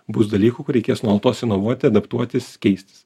bus dalykų kur reikės nuolatos inovuoti adaptuotis keistis